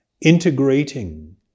integrating